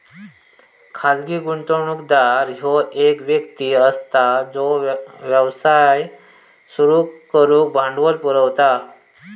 खाजगी गुंतवणूकदार ह्यो एक व्यक्ती असता जो व्यवसाय सुरू करुक भांडवल पुरवता